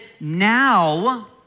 now